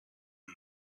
who